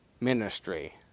ministry